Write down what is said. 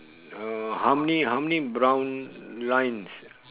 uh how many how many brown lines